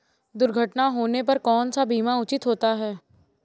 दुर्घटना होने पर कौन सा बीमा उचित होता है?